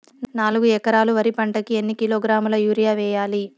నాలుగు ఎకరాలు వరి పంటకి ఎన్ని కిలోగ్రాముల యూరియ వేయాలి?